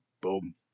boom